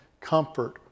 comfort